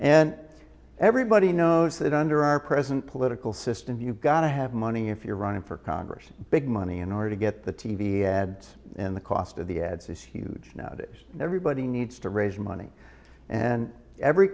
and everybody knows that under our present political system you've got to have money if you're running for congress big money in order to get the t v ads in the cost of the ads is huge now that everybody needs to raise money and every